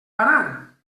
parar